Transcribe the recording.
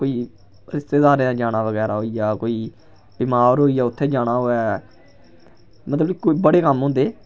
कोई रिश्तेदारें दे जाना होऐ बगैरा होई गेआ कोई बमार होई गेआ उत्थे जाना होऐ मतलब कि बड़े कम्म होंदे